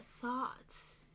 thoughts